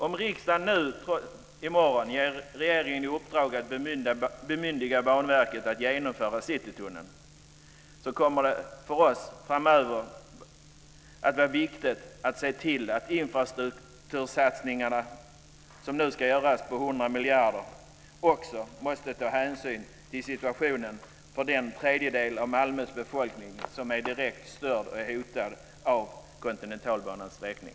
Om riksdagen i morgon ger regeringen i uppdrag att bemyndiga Banverket att genomföra Citytunneln, kommer det för oss framöver att vara viktigt att se till att man i infrastruktursatsningarna på 100 miljarder kronor också tar hänsyn till situationen för den tredjedel av Malmös befolkning som är direkt störd och hotad av Kontinentalbanans sträckning.